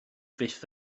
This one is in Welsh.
fyth